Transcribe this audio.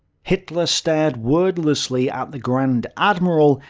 hitler stared wordlessly at the grand admiral,